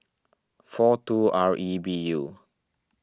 four two R E B U